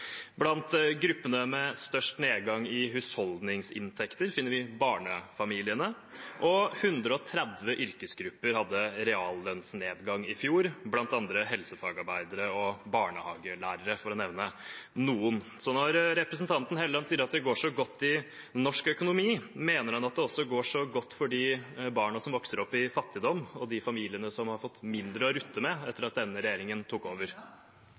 Blant gruppene med størst nedgang i husholdningsinntekter finner vi barnefamiliene. Og 130 yrkesgrupper hadde reallønnsnedgang i fjor, bl.a. helsefagarbeidere og barnehagelærere, for å nevne noen. Så når representanten Helleland sier at det går godt i norsk økonomi, mener han at det også går godt for de barna som vokser opp i fattigdom, og for de familiene som har fått mindre å rutte med etter at denne regjeringen tok over?